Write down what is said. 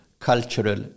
cultural